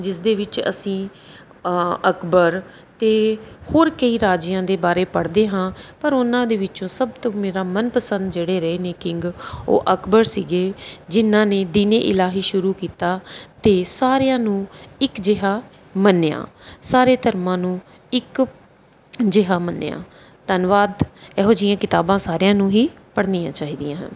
ਜਿਸਦੇ ਵਿੱਚ ਅਸੀਂ ਅਕਬਰ ਅਤੇ ਹੋਰ ਕਈ ਰਾਜਿਆਂ ਦੇ ਬਾਰੇ ਪੜ੍ਹਦੇ ਹਾਂ ਪਰ ਉਨ੍ਹਾਂ ਦੇ ਵਿੱਚੋਂ ਸਭ ਤੋਂ ਮੇਰਾ ਮਨਪਸੰਦ ਜਿਹੜੇ ਰਹੇ ਨੇ ਕਿੰਗ ਉਹ ਅਕਬਰ ਸੀਗੇ ਜਿਨ੍ਹਾਂ ਨੇ ਦੀਨ ਏ ਇਲਾਹੀ ਸ਼ੁਰੂ ਕੀਤਾ ਅਤੇ ਸਾਰਿਆਂ ਨੂੰ ਇੱਕ ਜਿਹਾ ਮੰਨਿਆ ਸਾਰੇ ਧਰਮਾਂ ਨੂੰ ਇੱਕ ਜਿਹਾ ਮੰਨਿਆ ਧੰਨਵਾਦ ਇਹੋ ਜਿਹੀਆਂ ਕਿਤਾਬਾਂ ਸਾਰਿਆਂ ਨੂੰ ਹੀ ਪੜ੍ਹਨੀਆਂ ਚਾਹੀਦੀਆਂ ਹਨ